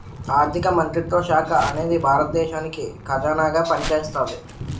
ఆర్ధిక మంత్రిత్వ శాఖ అనేది భారత దేశానికి ఖజానాగా పనిచేస్తాది